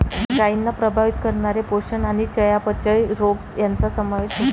गायींना प्रभावित करणारे पोषण आणि चयापचय रोग यांचा समावेश होतो